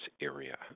area